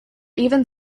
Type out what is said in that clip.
even